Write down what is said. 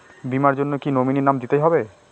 বীমার জন্য কি নমিনীর নাম দিতেই হবে?